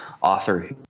author